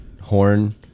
horn